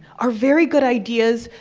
our very good ideas,